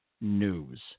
news